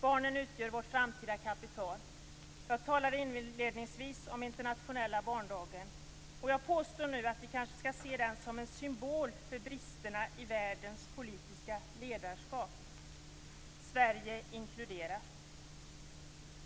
Barnen utgör vårt framtida kapital. Jag talade inledningsvis om den internationella barndagen. Jag påstår nu att vi kanske skall se den som en symbol för bristerna i världens politiska ledarskap - Sverige inkluderat.